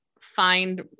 find